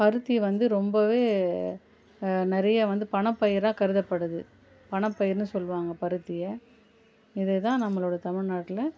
பருத்தி வந்து ரொம்பவே நிறைய வந்து பணப்பயிராக கருதப்படுது பணப்பயிர்ன்னு சொல்வாங்க பருத்தியை இது தான் நம்மளோட தமிழ்நாட்டில்